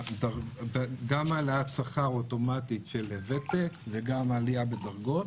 יש גם העלאת שכר אוטומטית של ותק וגם עלייה בדרגות.